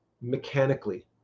mechanically